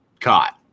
caught